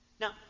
Now